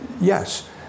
Yes